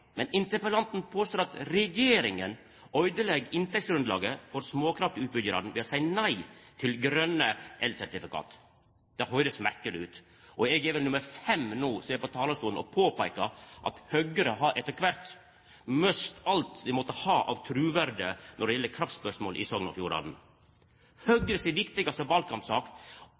Men interpellanten påstår at regjeringa øydelegg inntektsgrunnlaget for småkraftutbyggjarane ved å seia nei til grøne elsertifikat. Det høyrest merkeleg ut. Eg er vel nummer fem no som er på talarstolen og påpeikar at Høgre etter kvart har mista alt dei måtte ha av truverde når det gjeld kraftspørsmål i Sogn og Fjordane. Høgre si viktigaste